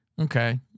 Okay